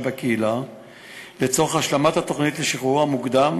בקהילה לצורך השלמת התוכנית לשחרורו המוקדם,